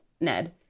Ned